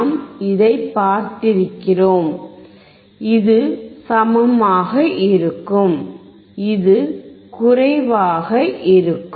நாம் இதை பார்த்திருக்கிறோம் இது சமமாக இருக்கும் இது குறைவாக இருக்கும்